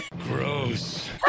gross